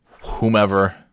whomever